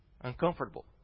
Uncomfortable